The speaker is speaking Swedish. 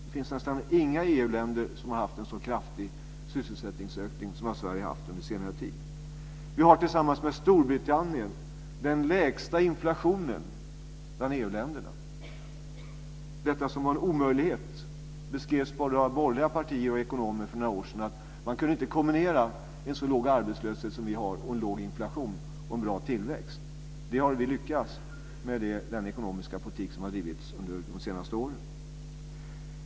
Det finns nästa inga EU-länder som har haft en så kraftig sysselsättningsökning som Sverige har haft under senare tid. Vi har tillsammans med Storbritannien den lägsta inflationen bland EU-länderna. Detta som var en omöjlighet. Det beskrevs både av borgerliga partier och av ekonomer för några år sedan att det inte gick att kombinera en så låg arbetslöshet som vi har, en låg inflation och en bra tillväxt. Det har vi lyckats med genom den ekonomiska politik som har drivits under de senaste åren.